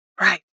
Right